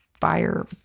fire